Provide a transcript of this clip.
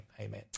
Amen